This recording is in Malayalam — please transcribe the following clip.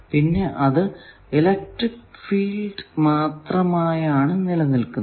കൂടാതെ അത് ഇലക്ട്രിക്ക് ഫീൽഡ് മാത്രമായാണ് നിലനിൽക്കുന്നത്